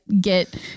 get